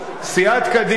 סיעת קדימה,